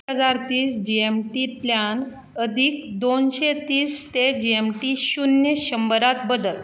एक हजार तीस जी ऍम टी तल्यान अदीक दोनशें तीस ते जी ऍम टी शून्य शंबरांत बदल